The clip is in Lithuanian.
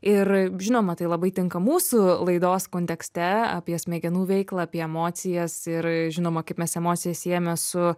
ir žinoma tai labai tinka mūsų laidos kontekste apie smegenų veiklą apie emocijas ir žinoma kaip mes emocijas siejame su